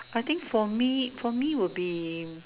I think for me for me will be